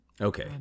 okay